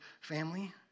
family